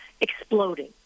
exploding